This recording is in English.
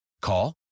Call